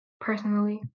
personally